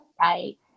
right